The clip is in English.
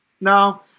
No